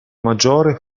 maggiore